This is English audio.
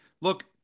look